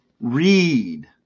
Read